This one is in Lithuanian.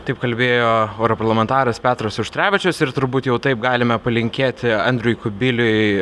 taip kalbėjo europarlamentaras petras auštrevičius ir turbūt jau taip galime palinkėti andriui kubiliui